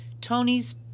Tony's